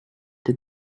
the